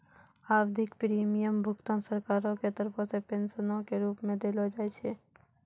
आवधिक प्रीमियम भुगतान सरकारो के तरफो से पेंशनो के रुप मे देलो जाय छै